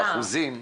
באחוזים,